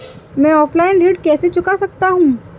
मैं ऑफलाइन ऋण कैसे चुका सकता हूँ?